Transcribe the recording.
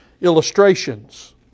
illustrations